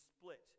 split